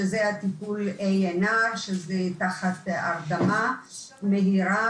שזה תחת הרדמה מהירה,